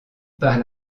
par